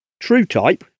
TrueType